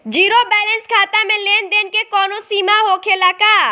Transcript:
Zero balance खाता में लेन देन के कवनो सीमा होखे ला का?